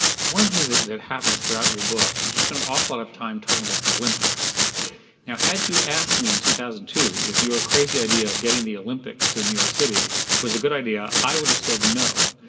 one of the things that happens throughout your book is you spend an awful lot and of time talking about the olympics. now had you asked me in two thousand and two, if your crazy idea of getting the olympics to new york city was a good idea, i would have said no.